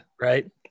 right